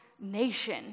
nation